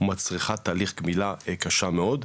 מצריכה תהליך גמילה קשה מאוד.